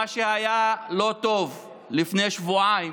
מה שלא היה טוב לפני שבועיים,